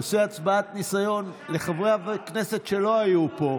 אני עושה הצבעת ניסיון לחברי הכנסת שלא היו פה.